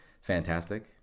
fantastic